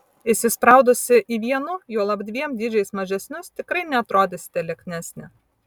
įsispraudusi į vienu juolab dviem dydžiais mažesnius tikrai neatrodysite lieknesnė